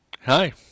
Hi